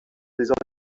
des